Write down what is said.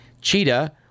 Cheetah